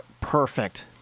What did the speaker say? perfect